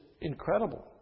incredible